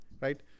right